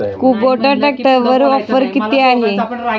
Kubota ट्रॅक्टरवर offer किती आहे?